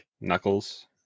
knuckles